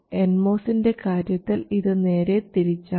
N മോസിൻറെ കാര്യത്തിൽ ഇത് നേരെ തിരിച്ചാണ്